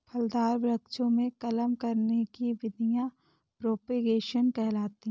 फलदार वृक्षों में कलम करने की विधियां प्रोपेगेशन कहलाती हैं